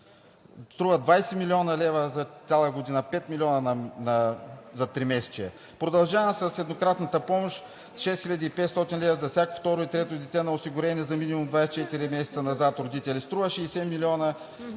струва 20 млн. лв. за цяла година, 5 милиона за тримесечие. Продължавам с еднократната помощ 6500 лв. за всяко второ и трето дете на осигурени за минимум 24 месеца назад родители, струва 60 милиона